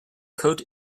coat